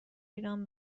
ایران